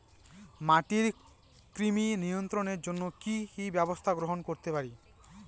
মাটির কৃমি নিয়ন্ত্রণের জন্য কি কি ব্যবস্থা গ্রহণ করতে পারি?